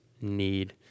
need